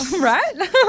right